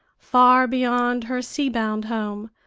far beyond her sea-bound home,